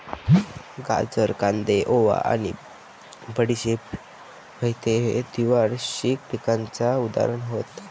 गाजर, कांदे, ओवा आणि बडीशेप हयते द्विवार्षिक पिकांची उदाहरणा हत